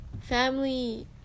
family